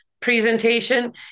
presentation